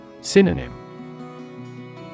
Synonym